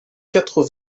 quatre